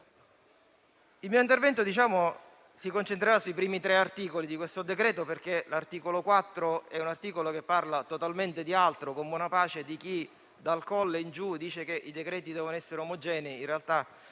Il mio intervento si concentrerà sui primi tre articoli di questo decreto-legge, perché l'articolo 4 parla totalmente di altro, con buona pace di chi, dal Colle in giù, dice che i decreti-legge devono essere omogenei.